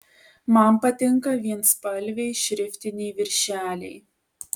man patinka vienspalviai šriftiniai viršeliai